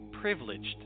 privileged